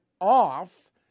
off